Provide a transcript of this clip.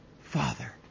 Father